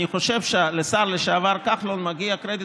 אני חושב שלשר לשעבר כחלון מגיע קרדיט